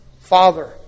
Father